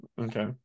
Okay